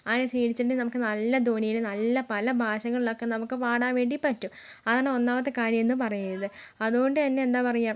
അങ്ങനെ ശീലിച്ചിട്ടുണ്ടെങ്കിൽ നമുക്ക് നല്ല ധ്വനിയിൽ നല്ല പല ഭാഷകളിൽ ഒക്കെ നമുക്ക് പാടാൻ വേണ്ടി പറ്റും അങ്ങനെ ഒന്നാമത്തെ കാര്യം എന്ന് പറയുന്നത് അതുകൊണ്ട് തന്നെ എന്താ പറയാ